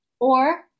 Or-